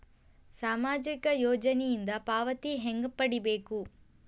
ಸಾಮಾಜಿಕ ಯೋಜನಿಯಿಂದ ಪಾವತಿ ಹೆಂಗ್ ಪಡಿಬೇಕು?